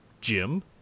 Jim